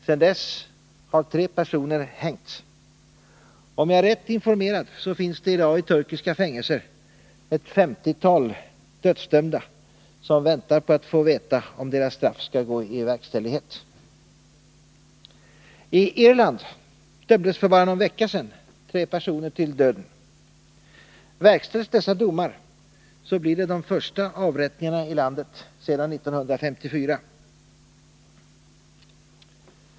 Sedan dess har tre personer hängts, och om jag är rätt informerad, finns det i dag i turkiska fängelser ett femtiotal dödsdömda, som väntar på att få veta om deras straff skall gå i verkställighet. I Irland dömdes för bara någon vecka sedan tre personer till döden. Verkställs dessa domar, blir det de första avrättningarna i landet sedan 1954.